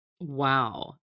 Wow